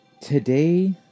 today